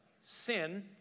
sin